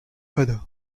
other